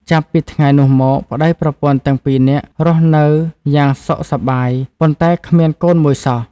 ចាប់ពីថ្ងៃនោះមក ប្តីប្រពន្ធទាំងពីរនាក់រស់នៅយ៉ាងសុខសប្បាយ ប៉ុន្តែគ្មានកូនមួយសោះ ។